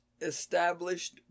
Established